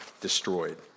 destroyed